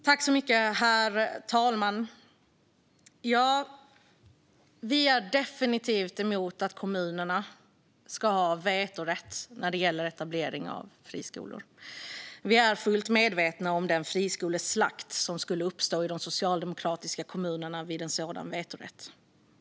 Herr talman! Vi är definitivt emot att kommunerna ska ha vetorätt när det gäller etablering av friskolor. Vi är fullt medvetna om den friskoleslakt som skulle uppstå i de socialdemokratiska kommunerna om en sådan vetorätt fanns.